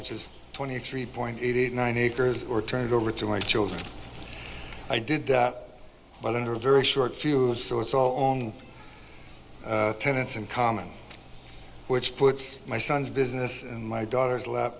which is twenty three point eight nine acres or turn it over to my children i did that but under a very short fuse so its all on tenants in common which puts my son's business in my daughter's lap